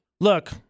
Look